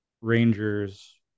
Rangers